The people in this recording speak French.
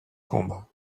combat